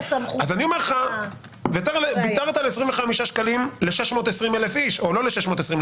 אני אומר לך שוויתרת על 25 שקלים ל-620,000 איש או לא ל-620,000,